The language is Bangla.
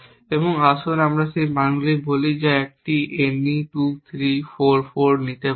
এবং আসুন আমরা সেই মানগুলি বলি যা একটি ne 2 3 4 4 সংখ্যা নিতে পারে